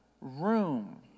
room